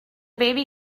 baby